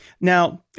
Now